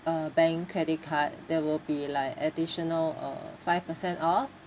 uh bank credit card there will be like additional uh five percent off